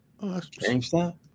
GameStop